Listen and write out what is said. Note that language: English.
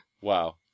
Wow